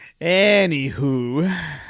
Anywho